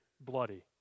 bloody